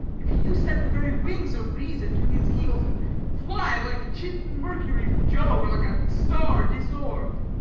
if he do set the very wings of reason to his heels and fly like chidden mercury from jove, or like a star disorb'd?